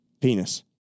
penis